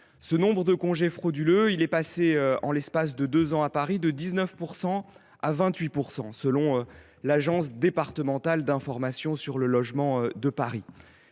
Ce nombre de congés frauduleux est passé en deux ans, à Paris, de 19 % à 28 %, selon l’agence départementale d’information sur le logement (Adil) de Paris.